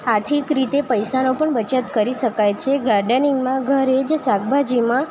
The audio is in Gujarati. આર્થિક રીતે પૈસાનો પણ બચત કરી શકાય છે ગાર્ડનિંગમાં ઘરે જે શાકભાજીમાં